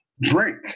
drink